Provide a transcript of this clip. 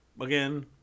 Again